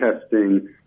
testing